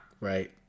Right